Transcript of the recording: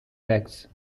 eggs